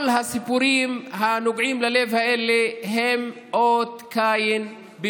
כל הסיפורים הנוגעים ללב האלה הם אות קין על